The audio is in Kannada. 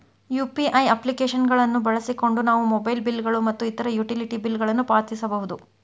ಯು.ಪಿ.ಐ ಅಪ್ಲಿಕೇಶನ್ ಗಳನ್ನು ಬಳಸಿಕೊಂಡು ನಾವು ಮೊಬೈಲ್ ಬಿಲ್ ಗಳು ಮತ್ತು ಇತರ ಯುಟಿಲಿಟಿ ಬಿಲ್ ಗಳನ್ನು ಪಾವತಿಸಬಹುದು